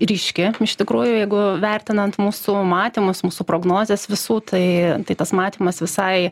ryški iš tikrųjų jeigu vertinant mūsų matymus mūsų prognozes visų tai tai tas matymas visai